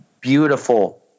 beautiful